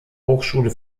hochschule